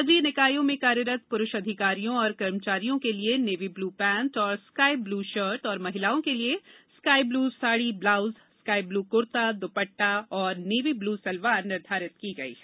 नगरीय निकायों में कार्यरत पुरूष अधिकारियों एवं कर्मचारियों के लिये नेवी ब्लू पेंट एवं स्काई ब्लू शर्ट और महिलाओं के लिये sky blue sari blouse sky blue kurta dupatta एवं नेवी ब्लू सलवार निर्धारित की गई है